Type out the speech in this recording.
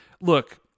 Look